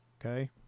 okay